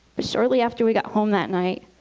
but shortly after we got home that night,